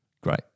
great